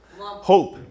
hope